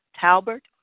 Talbert